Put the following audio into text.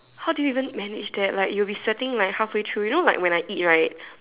how do you even manage that like you'll be sweating like halfway through you know like when I eat right